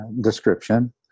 description